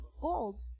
gold